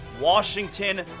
Washington